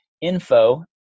info